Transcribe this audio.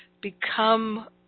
become